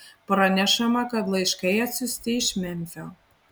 pranešama kad laiškai atsiųsti iš memfio